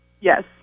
Yes